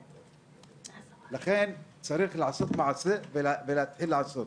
לכן צריך לעשות מעשה ולהתחיל לעשות.